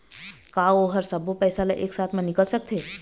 का ओ हर सब्बो पैसा ला एक साथ म निकल सकथे?